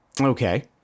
Okay